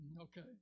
Okay